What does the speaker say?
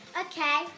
Okay